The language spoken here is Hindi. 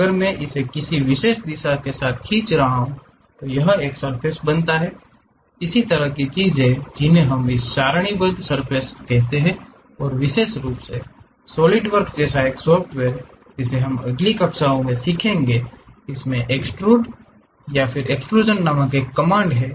अगर मैं इसे किसी विशेष दिशा के साथ खींच रहा हूं तो यह एक सर्फ़ेस बनाता है इस तरह की चीजें जिन्हें हम इस सारणीबद्ध सर्फ़ेस को कहते हैं और विशेष रूप से सॉलिडवर्क्स जैसा एक सॉफ़्टवेयर जिसे हम इसे अगली कक्षाओं में सीखेंगे इसमें एक्सट्रूड या एक्सट्रूज़न नामक एक कमांड है